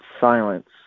silence